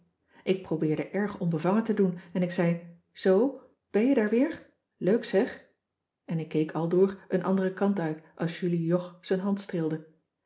ik probeerde erg onbevangen te doen en ik zei zoo ben jij daar weer leuk zeg en ik keek aldoor een anderen kant uit als julie jog z'n hand